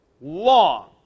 Long